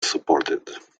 supported